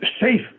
safe